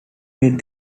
made